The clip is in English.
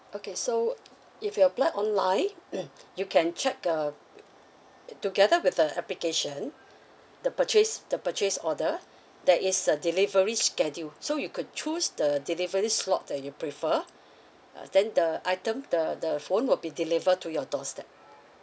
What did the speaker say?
okay so if you apply online you can check uh t~ together with the application the purchase the purchase order there is a delivery schedule so you could choose the delivery slot that you prefer uh then the item the the phone will be deliver to your doorstep